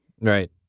Right